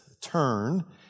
turn